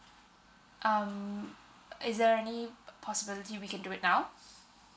um is there any p~ possibility we can do it now